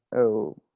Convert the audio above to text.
oh,